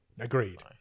Agreed